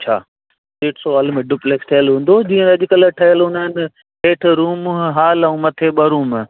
अच्छा ॾेढ सौ वाल में डुप्लेक्स ठहियलु हूंदो जीअं अॼुकल्ह ठहियलु हूंदा आहिनि हेठि रुम हाल ऐं मथे ॿ रुम